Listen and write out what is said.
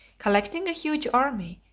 collecting a huge army,